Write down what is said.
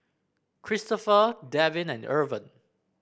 Cristofer Devin and Irven